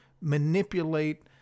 manipulate